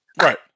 Right